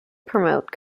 promote